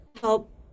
help